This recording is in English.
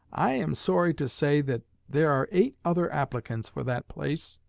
i am sorry to say that there are eight other applicants for that place,